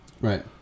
Right